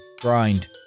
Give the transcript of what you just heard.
grind